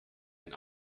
ein